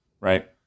Right